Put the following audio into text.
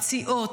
הפציעות,